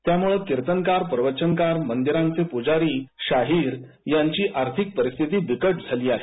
त्यामुळे कीर्तनकार प्रवचनकार मंदिरांचे पुजारी शाहीर यांची आर्थिक परिस्थिती बिकट झाली आहे